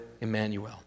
Emmanuel